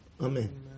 Amen